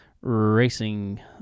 racing